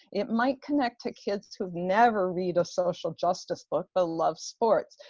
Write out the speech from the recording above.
it might connect to kids who've never read a social justice book, but love sports.